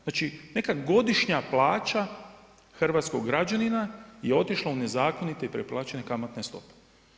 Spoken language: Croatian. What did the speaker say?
Znači neka godišnja plaća hrvatskog građanina je otišla u nezakonite i preplaćene kamatne stope.